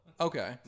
okay